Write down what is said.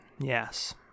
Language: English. Yes